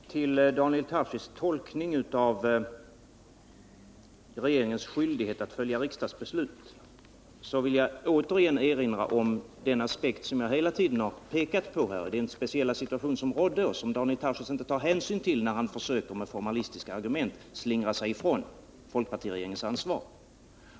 Herr talman! Vad gäller Daniel Tarschys tolkning av regeringens skyldighet att följa riksdagsbeslut vill jag återigen erinra om den aspekt jag hela tiden pekat på, nämligen den speciella situation som rådde, vilken Daniel Tarschys inte tar hänsyn till när han med formalistiska argument försöker slingra sig ifrån folkpartiregeringens ansvar.